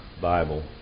Bible